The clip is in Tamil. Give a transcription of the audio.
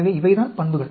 எனவே இவைதான் பண்புகள்